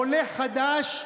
עולה חדש,